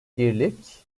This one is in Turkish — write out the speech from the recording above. birlik